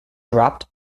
dropped